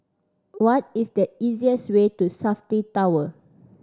what is the easiest way to Safti Tower